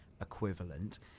equivalent